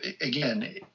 again